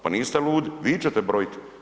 Pa niste ludi, vi ćete brojiti.